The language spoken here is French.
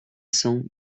cent